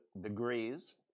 degrees